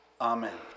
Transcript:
Amen